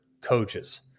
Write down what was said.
coaches